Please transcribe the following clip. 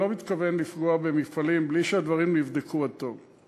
אני לא מתכוון לפגוע במפעלים מבלי שהדברים נבדקו עד תום.